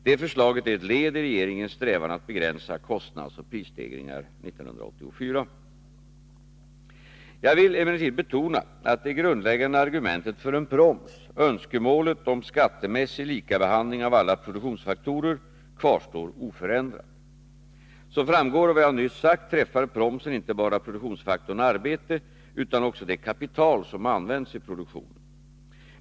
Detta förslag är ett led i regeringens strävan att begränsa kostnadsoch prisstegringar 1984. Jag vill emellertid betona att det grundläggande argumentet för en proms — önskemålet om skattemässig likabehandling av alla produktionsfaktorer — kvarstår oförändrat. Som framgår av vad jag nyss sagt träffar promsen inte bara produktionsfaktorn arbete utan också det kapital som används i produktionen.